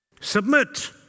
submit